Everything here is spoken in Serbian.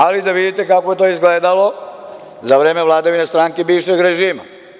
Ali, da vidite kako je to izgledalo za vreme vladavine stranke bivšeg režima?